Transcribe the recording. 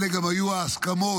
אלה גם היום ההסכמות